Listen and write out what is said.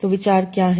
तो विचार क्या है